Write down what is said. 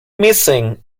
missing